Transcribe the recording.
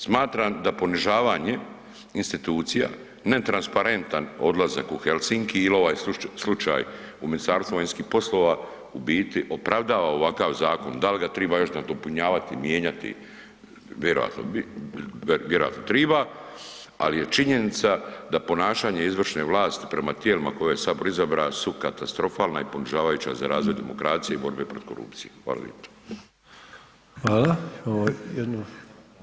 Smatram da ponižavanje institucija, netransparentan odlazak u Helsinki ili ovaj slučaj u Ministarstvu vanjskih poslova u biti opravdava ovakav zakon, da li ga treba još nadopunjavati, mijenjati, vjerovatno treba ali je činjenica da ponašanje izvršne vlasti prema tijelima koje je Sabor izabrao su katastrofalne i ponižavajuća za razvoj demokracije i borbe protiv korupcije, hvala lijepo.